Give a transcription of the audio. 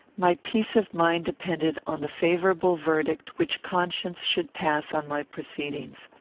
my peace of mind depended on the favourable verdict which conscience should pass on my proceedings.